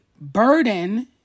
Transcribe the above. burden